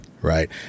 Right